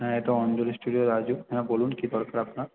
হ্যাঁ এটা অঞ্জলি স্টুডিওর রাজু হ্যাঁ বলুন কী দরকার আপনার